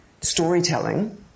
storytelling